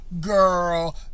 Girl